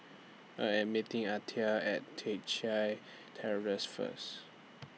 I Am meeting Altha At Teck Chye Terrace First